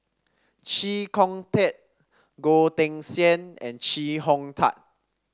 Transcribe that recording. Chee Kong Tet Goh Teck Sian and Chee Hong Tat